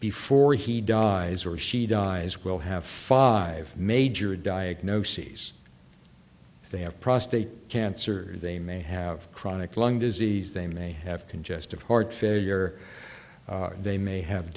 before he dies or she dies will have five major diagnoses they have prostate cancer they may have chronic lung disease they may have congestive heart failure they may have